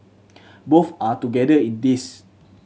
both are together in this